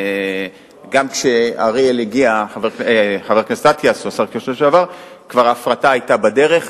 גם כשאריאל אטיאס הגיע ההפרטה כבר היתה בדרך.